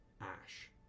ash